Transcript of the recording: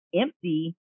empty